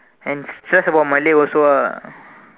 and stress about Monday also ah